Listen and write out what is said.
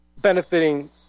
benefiting